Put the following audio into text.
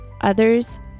Others